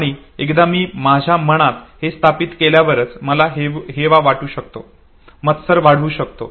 आणि एकदा मी माझ्या मनात हे स्थापित केल्यावरच मला हेवा वाटू शकतो मी मत्सर वाढवू शकतो